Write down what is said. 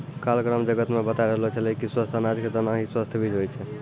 काल ग्राम जगत मॅ बताय रहलो छेलै कि स्वस्थ अनाज के दाना हीं स्वस्थ बीज होय छै